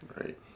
Right